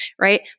right